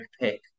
pick